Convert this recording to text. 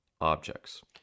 objects